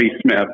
Smith